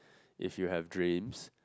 if you have dreams